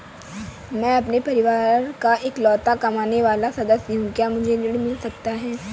मैं अपने परिवार का इकलौता कमाने वाला सदस्य हूँ क्या मुझे ऋण मिल सकता है?